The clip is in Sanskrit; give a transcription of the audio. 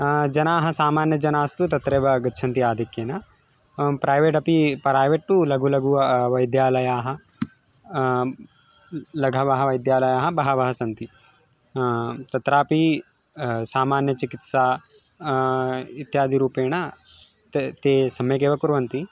जनाः सामान्यजनास्तु तत्रैव गच्छन्ति आधिक्येन प्रैवेट् अपि प्रैवेट् तु लघु लघु वैद्यालयाः लघवः वैद्यालयाः बहवः सन्ति तत्रापि सामान्यचिकित्सा इत्यादिरूपेण ते ते सम्यगेव कुर्वन्ति